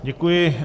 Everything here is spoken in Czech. Děkuji.